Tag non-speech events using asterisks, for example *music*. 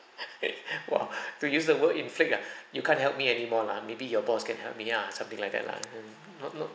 *laughs* !wah! *breath* to use the world inflict ah *breath* you can't help me any more lah maybe your boss can help me ya something like that lah and not not